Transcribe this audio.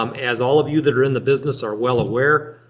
um as all of you that are in the business are well aware,